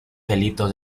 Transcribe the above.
delitos